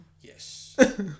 yes